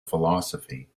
philosophy